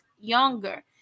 younger